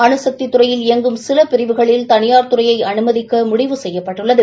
அணுசக்தி துறையில் இயங்கும் சில பிரிவுகளில் தனியார் துறையை அனுமதிக்க முடிவு செய்யப்பட்டுள்ளது